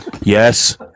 Yes